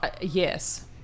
yes